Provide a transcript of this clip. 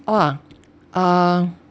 !wah! uh